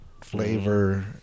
flavor